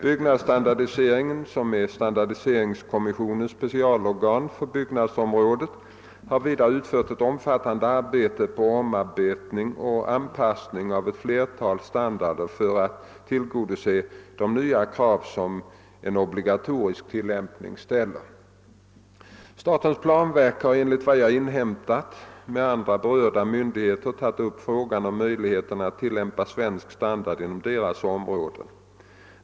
Byggstandardiseringen som är standardiseringskommissionens <specialorgan för byggnadsområdet har vidare utfört ett omfattande arbete på omarbetning och anpassning av ett flertal standarder för att tillgodose de nya krav som en obligatorisk tillämpning ställer. Statens planverk har enligt vad jag inhämtat med andra berörda myndigheter tagit upp frågan om möjligheterna att tillämpa svensk standard inom deras områden.